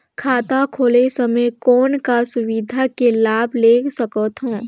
खाता खोले समय कौन का सुविधा के लाभ ले सकथव?